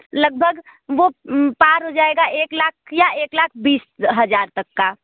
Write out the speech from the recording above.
लगभग वह पार हो जाएगा एक लाख या एक लाख बीस हज़ार तक का